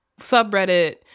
subreddit